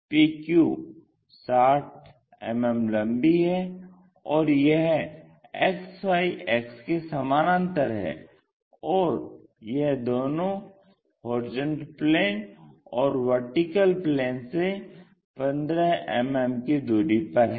PQ 60 मिमी लम्बी है और यह XY अक्ष के समानांतर है और यह दोनों HP और VP से 15 मिमी की दूरी पर है